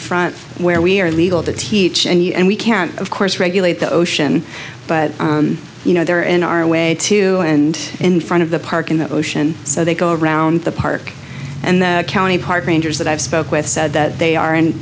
front where we are illegal to teach and we can't of course regulate the ocean but you know they're in our way too and in front of the park in the ocean so they go around the park and the county park rangers that i've spoke with said that they are in